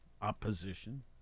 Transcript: opposition